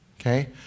okay